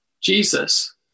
Jesus